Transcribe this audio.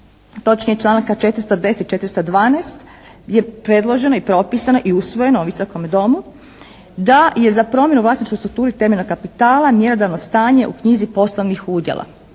se ne razumije./… i 412. je predloženo i propisano i usvojeno u ovom Visokome domu da je za promjenu u vlasničkoj strukturi temeljnog kapitala mjerodavno stanje u knjizi poslovnih udjela.